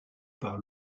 par